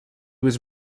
was